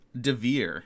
DeVere